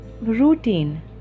routine